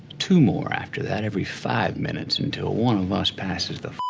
two more after that every five minutes until one of us passes the